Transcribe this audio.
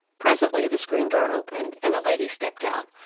presently the screen door opened and a lady stepped out.